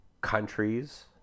countries